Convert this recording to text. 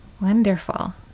wonderful